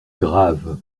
grave